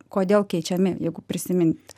kodėl keičiami jeigu prisimint